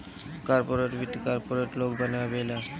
corporate वित्त corporate लोग बनावेला